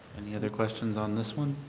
any other questions on this one?